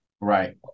Right